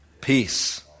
peace